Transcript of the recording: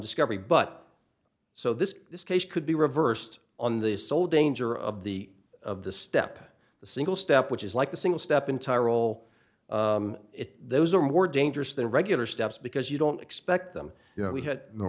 discovery but so this this case could be reversed on the sole danger of the of the step the single step which is like the single step entire roll it those are more dangerous than regular steps because you don't expect them you know we had